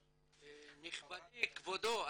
נשמע --- נכבדי, כבודו,